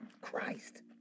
Christ